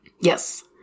yes